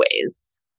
ways